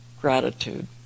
Gratitude